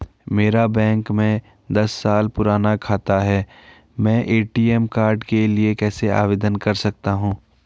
मेरा बैंक में दस साल पुराना खाता है मैं ए.टी.एम कार्ड के लिए कैसे आवेदन कर सकता हूँ?